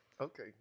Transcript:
okay